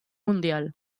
mundial